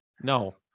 No